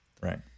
Right